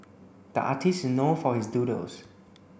the artist is know for his doodles